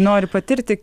nori patirti